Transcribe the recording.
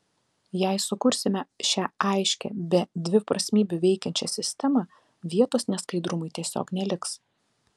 jei sukursime šią aiškiai be dviprasmybių veikiančią sistemą vietos neskaidrumui tiesiog neliks